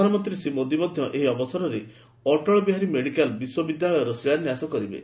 ପ୍ରଧାନମନ୍ତ୍ରୀ ଶ୍ରୀ ମୋଦି ମଧ୍ୟ ଏହି ଅବସରରେ ଅଟଳ ବିହାରୀ ମେଡ଼ିକାଲ ବିଶ୍ୱବିଦ୍ୟାଳୟର ଶିଳାନ୍ୟାସ କରିବେ